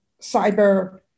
cyber